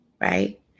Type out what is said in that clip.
right